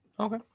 Okay